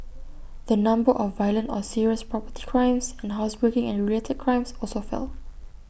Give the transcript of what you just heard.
the number of violent or serious property crimes and housebreaking and related crimes also fell